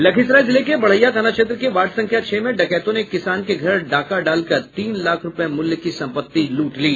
लखीसराय जिले के बड़हिया थाना क्षेत्र के वार्ड संख्या छह में डकैतों ने एक किसान के घर डाका डालकर तीन लाख रूपये मुल्य की संपत्ति लूट ली